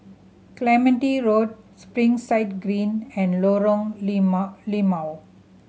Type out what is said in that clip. Clementi Road Springside Green and Lorong Limau Limau